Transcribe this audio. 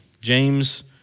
James